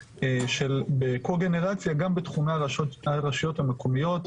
בקוגנרציה גם בתכונה על הרשויות המקומיות.